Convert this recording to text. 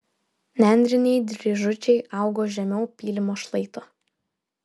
nendriniai dryžučiai augo žemiau pylimo šlaito